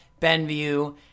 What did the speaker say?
Benview